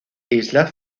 islas